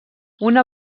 una